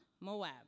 Moab